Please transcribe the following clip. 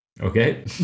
Okay